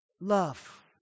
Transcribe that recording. love